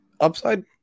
upside